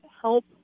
help